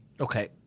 Okay